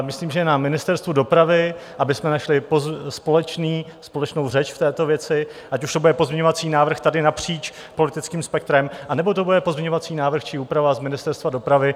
Myslím, že je na Ministerstvu dopravy, abychom našli společnou řeč v této věci, ať už to bude pozměňovací návrh tady napříč politickým spektrem, nebo to bude pozměňovací návrh či úprava z Ministerstva dopravy.